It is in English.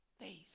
Face